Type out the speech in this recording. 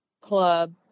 club